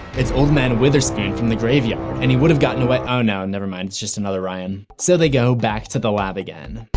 it's old man witherspoon from the graveyard! and he would have gotten away oh no nevermind it's another ryan. so they go back to the lab again.